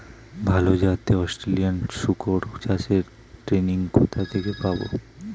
ভালো জাতে অস্ট্রেলিয়ান শুকর চাষের ট্রেনিং কোথা থেকে পাব?